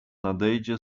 nadejdzie